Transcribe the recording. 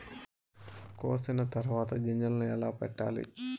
కోసిన తర్వాత గింజలను ఎలా పెట్టాలి